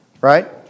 Right